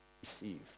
receive